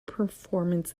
performance